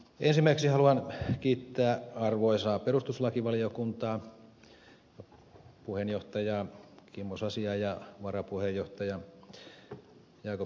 ensimmäiseksi haluan kiittää arvoisaa perustuslakivaliokuntaa puheenjohtaja kimmo sasia ja varapuheenjohtaja jacob södermania